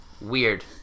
Weird